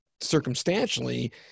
circumstantially